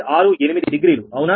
68 degree అవునా